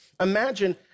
imagine